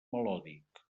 melòdic